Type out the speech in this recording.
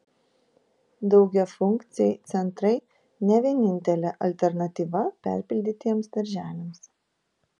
daugiafunkciai centrai ne vienintelė alternatyva perpildytiems darželiams